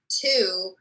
two